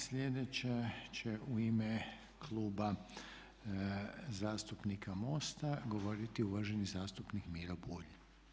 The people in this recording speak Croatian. Sljedeći će u ime Kluba zastupnika MOST-a govoriti uvaženi zastupnik Miro Bulj.